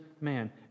man